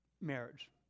marriage